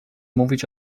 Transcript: mówić